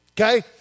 Okay